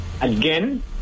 again